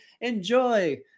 enjoy